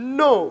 no